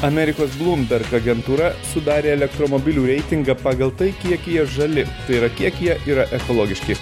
amerikos bloomberg agentūra sudarė elektromobilių reitingą pagal tai kiek jie žali tai yra kiek jie yra ekologiški